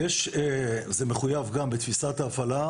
זה מחויב גם בתפיסת ההפעלה.